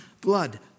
Blood